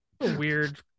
weird